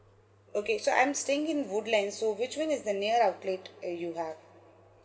okay so I'm staying in woodland so which one is the near outlet uh you have